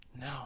No